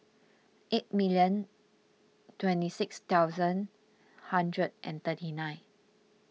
eight million twenty six thousand hundred and thirty nine